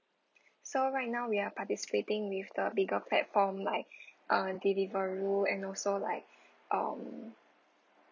so right now we are participating with the bigger platform like um Deliveroo and also like um